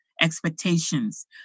expectations